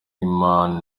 imam